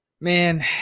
Man